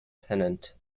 pennant